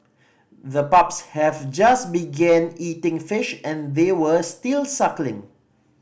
the pups have just began eating fish and they were still suckling